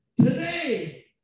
Today